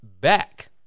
back